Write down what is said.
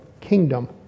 kingdom